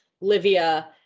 Livia